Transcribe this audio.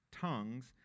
tongues